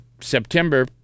September